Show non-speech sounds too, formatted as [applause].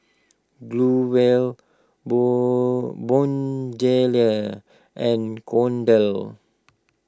Growell Bone Moon [unintelligible] and Kordel's